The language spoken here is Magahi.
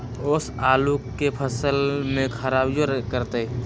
ओस आलू के फसल के खराबियों करतै?